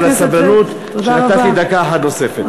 על הסבלנות ועל שנתת לי דקה אחת נוספת.